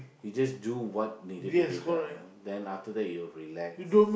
you just do what needed to be done then after that you relax